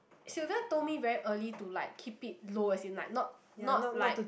Sylvia told me very early to like keep it low as in like not not like